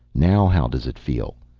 now how does it feel?